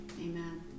Amen